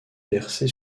versée